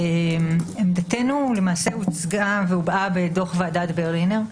עמדתנו למעשה הוצגה והובעה בתוך ועדת ברלינר,